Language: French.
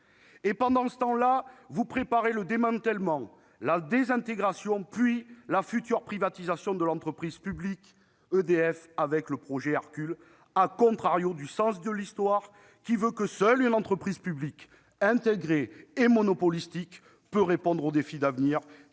Et pendant ce temps-là, vous préparez le démantèlement, la désintégration puis la future privatisation de l'entreprise publique avec le projet Hercule, à rebours du sens de l'Histoire, qui veut que seule une entreprise publique, intégrée et monopolistique puisse répondre aux défis d'avenir